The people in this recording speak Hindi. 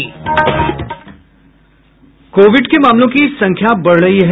कोविड के मामलों की संख्या बढ़ रही है